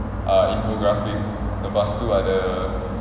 uh infographic lepas tu ada